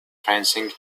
fencing